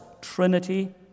Trinity